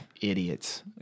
idiots